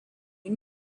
une